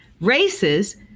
races